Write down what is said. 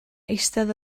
eistedd